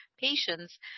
patients